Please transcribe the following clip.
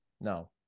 No